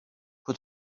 who